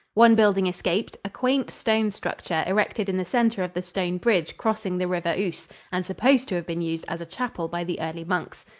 one building escaped, a quaint stone structure erected in the center of the stone bridge crossing the river ouse and supposed to have been used as a chapel by the early monks.